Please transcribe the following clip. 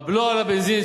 הבלו על הבנזין,